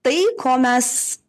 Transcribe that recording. tai ko mes